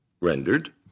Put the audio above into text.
rendered